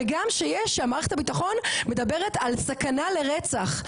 וגם שיש שמערכת הביטחון מדברת על סכנה לרצח,